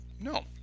No